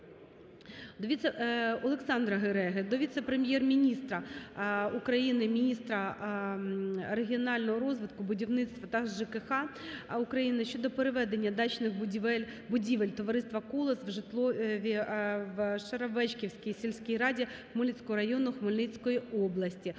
Олександра Гереги до віце-прем’єр-міністра України - міністра регіонального розвитку, будівництва та ЖКХ України щодо переведення дачних будівель товариства "Колос" в житлові в Шаровечківській сільській раді Хмельницького району Хмельницької області.